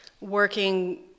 working